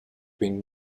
been